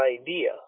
idea